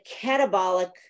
catabolic